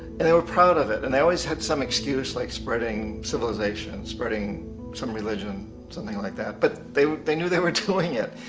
and they were proud of it. and they always had some excuse like spreading civilization, spreading some religion, something like that, but they they knew they were doing it.